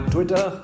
Twitter